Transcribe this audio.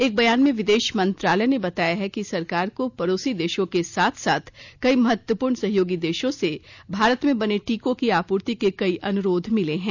एक बयान में विदेश मंत्रालय ने बताया है कि सरकार को पडोसी देशों के साथ साथ कई महत्वपूर्ण सहयोगी देशों से भारत में बने टीकों की आपूर्ति के कई अनुरोध मिले हैं